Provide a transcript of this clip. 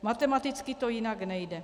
Matematicky to jinak nejde.